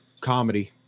comedy